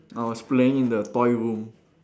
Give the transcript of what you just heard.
I was playing in the toy room